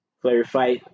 clarify